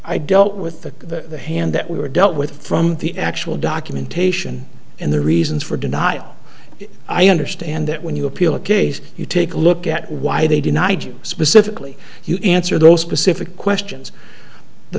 i dealt with the hand that we were dealt with from the actual documentation and the reasons for denial i understand that when you appeal a case you take a look at why they denied you specifically you answer those specific questions the